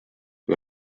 või